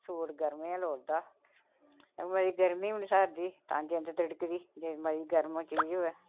suit गर्म गै लोड़दा ते मती गर्मी बी नि साह्रदी तां जिंद तिड़कदी जे मती गर्म चीज़ होऐ